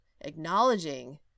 acknowledging